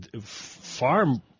farm